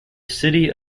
city